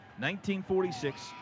1946